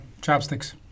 chopsticks